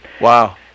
Wow